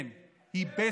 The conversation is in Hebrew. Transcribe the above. כן, היא בסכנה.